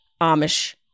Amish